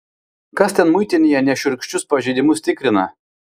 kas ten muitinėje nešiurkščius pažeidimus tikrina